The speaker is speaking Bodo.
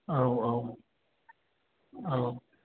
औ औ औ